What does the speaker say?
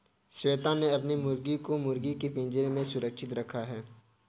श्वेता ने अपनी मुर्गी को मुर्गी के पिंजरे में सुरक्षित रख दिया